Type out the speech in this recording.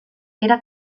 era